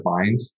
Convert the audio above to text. bind